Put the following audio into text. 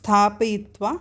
स्थापयित्वा